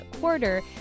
quarter